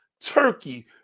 Turkey